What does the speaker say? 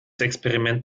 experiment